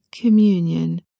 communion